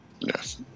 Yes